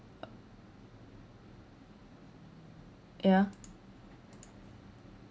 ya